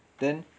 then